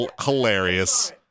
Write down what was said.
Hilarious